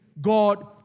God